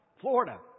Florida